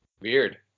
Weird